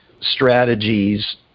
strategies